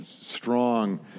strong